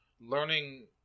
learning